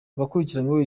abakurikiranyweho